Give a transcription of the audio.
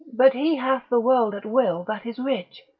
but he hath the world at will that is rich,